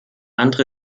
andere